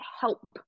help